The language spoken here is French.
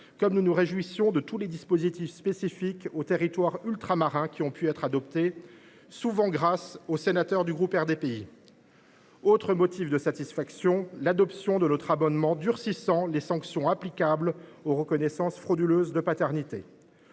que nous nous réjouissons de tous les dispositifs spécifiques aux territoires ultramarins qui ont pu être adoptés, souvent grâce aux sénateurs du groupe RDPI. L’adoption de notre amendement visant à durcir les sanctions applicables aux reconnaissances frauduleuses de paternité